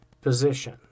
position